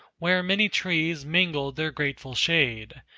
where many trees mingled their grateful shade,